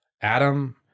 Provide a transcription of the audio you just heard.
Adam